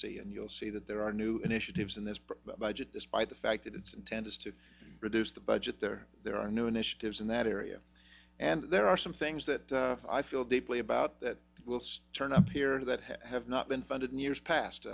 efficacy and you'll see that there are new initiatives in this budget despite the fact that it's intended to reduce the budget there there are new initiatives in that area and there are some things that i feel deeply about that will turn up here that have not been funded in years past